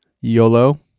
YOLO